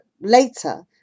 later